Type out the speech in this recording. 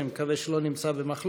אני מקווה שהוא לא נמצא במחלוקת.